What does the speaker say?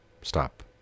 stop